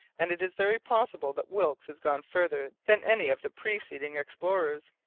and it is very possible that wilkes has gone farther than any of the preceding explorers.